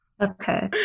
Okay